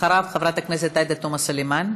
אחריו, חברת הכנסת עאידה תומא סלימאן.